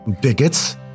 bigots